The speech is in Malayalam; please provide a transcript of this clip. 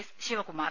എസ് ശിവകുമാർ